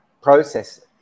process